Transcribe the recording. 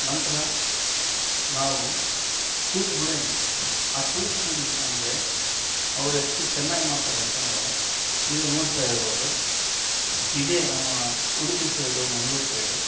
ನಂತರ ನಾವು ಕೂಚಿಪುಡಿ ಅಂತೀವಿ ಆ ಕೂಚಿಪುಡಿ ಅಂದರೆ ಅವರು ಎಷ್ಟು ಚೆನ್ನಾಗಿ ಮಾಡ್ತಾರೆ ಅಂತಂದರೆ ನೀವು ನೋಡ್ತಾ ಇರ್ಬೋದು ಇದೇ ನಮ್ಮ ಉಡುಪಿ ಸೇಡು ಮಂಗ್ಳೂರು ಸೇಡು